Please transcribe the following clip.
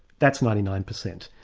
that's ninety nine percent.